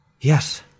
Yes